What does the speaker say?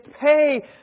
Pay